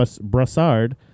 Brassard